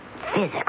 physical